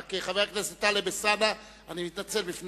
אני מתנצל בפני